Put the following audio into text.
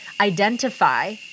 identify